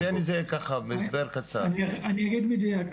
אני אגיד מדויק,